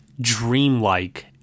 dreamlike